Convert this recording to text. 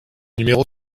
numéro